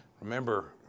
Remember